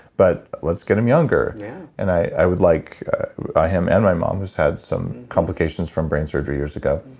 but let's get him younger and i would like him and my mom who's had some complications from brain surgery years ago,